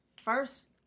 first